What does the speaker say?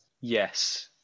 Yes